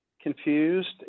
confused